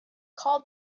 called